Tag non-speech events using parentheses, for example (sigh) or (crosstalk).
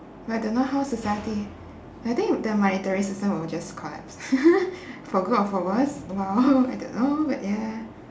but don't know how society I think the monetary system would just collapse (laughs) for good or for worse !wow! I don't know but ya